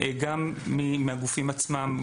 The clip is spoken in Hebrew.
גם מהגופים עצמם,